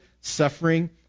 suffering